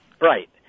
Right